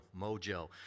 Mojo